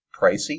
pricey